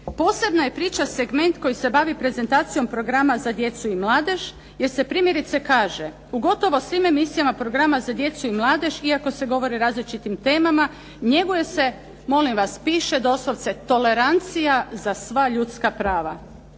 Posebna je priča segment koji se bavi prezentacijom programa za djecu i mladež jer se primjerice kaže, u gotovo svim emisijama programa za djecu i mladež, iako se govori o različitim temama, njeguje se, molim vas, piše doslovce, tolerancija za sva ljudska prava